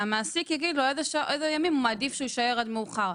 והמעסיק יגיד לו איזה ימים הוא מעדיף שהוא יישאר עד מאוחר.